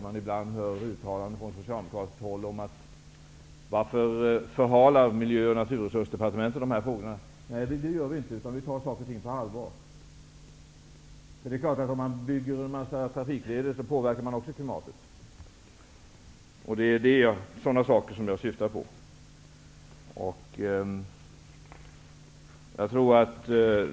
Man hör ibland från socialdemokratiskt håll frågan: Varför förhalar Miljö och naturresursdepartementet de här frågorna? Men, nej, vi förhalar dem inte, utan vi tar saker och ting på allvar. Det är klart att man påverkar klimatet också om man bygger en mängd trafikleder. Det är sådana saker jag syftar på.